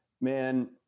man